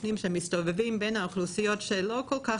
סוכנים שמסתובבים בין אוכלוסיות שלא כל כך